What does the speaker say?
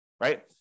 right